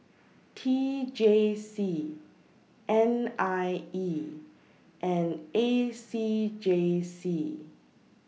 T J C N I E and A C J C